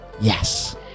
yes